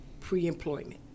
pre-employment